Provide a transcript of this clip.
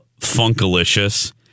Funkalicious